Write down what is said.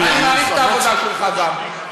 אני מעריך את העבודה שלך גם.